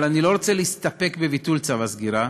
אבל אני לא רוצה להסתפק בביטול צו הסגירה,